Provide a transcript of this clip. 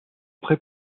très